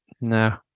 no